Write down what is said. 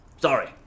sorry